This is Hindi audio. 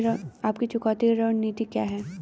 आपकी चुकौती रणनीति क्या है?